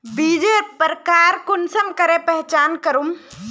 बीजेर प्रकार कुंसम करे पहचान करूम?